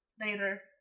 later